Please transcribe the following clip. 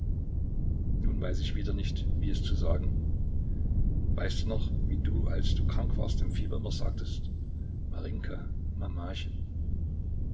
nun weiß ich wieder nicht wie es zu sagen weißt du noch wie du als du krank warst im fieber immer sagtest marinjka